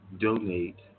donate